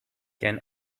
can